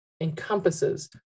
encompasses